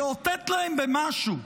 תאותת להם במשהו,